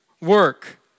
work